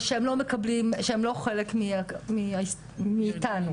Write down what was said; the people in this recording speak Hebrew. שהם לא חלק מאיתנו.